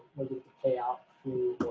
what you pay out